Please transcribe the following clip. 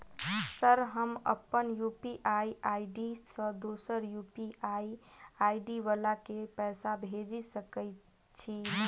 Sir हम अप्पन UPI ID सँ दोसर यु.पी.आई आई.डी वला केँ पैसा भेजि सकै छी नै?